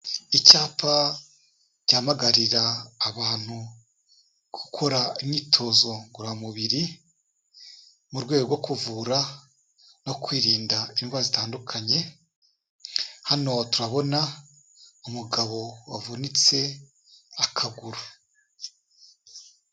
Icyapa gihamagarira abantu gukora imyitozo ngororamubiri, mu rwego rwo kuvura no kwirinda indwara zitandukanye, hano turabona umugabo wavunitse akaguru.